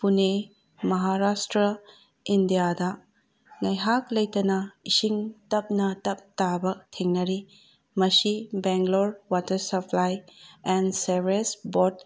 ꯄꯨꯅꯦ ꯃꯍꯥꯔꯥꯁꯇ꯭ꯔꯥ ꯏꯟꯗꯤꯌꯥꯗ ꯉꯥꯏꯍꯥꯛ ꯂꯩꯇꯅ ꯏꯁꯤꯡ ꯇꯞꯅ ꯇꯞ ꯇꯥꯕ ꯊꯦꯡꯅꯔꯤ ꯃꯁꯤ Bangalore water supply and sewerage board